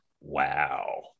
Wow